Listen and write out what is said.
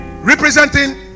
Representing